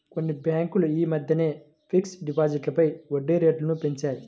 కొన్ని బ్యేంకులు యీ మద్దెనే ఫిక్స్డ్ డిపాజిట్లపై వడ్డీరేట్లను పెంచాయి